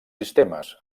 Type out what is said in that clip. sistemes